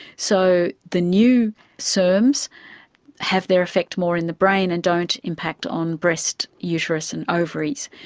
so the new serms have their effect more in the brain and don't impact on breast, uterus and ovaries.